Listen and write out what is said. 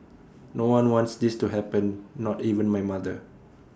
no one wants this to happen not even my mother